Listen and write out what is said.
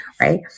Right